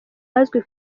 ahazwi